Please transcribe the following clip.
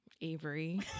avery